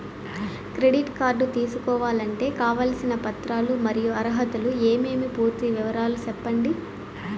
Credit card తీసుకోవాలంటే కావాల్సిన పత్రాలు మరియు అర్హతలు ఏమేమి పూర్తి వివరాలు సెప్పండి?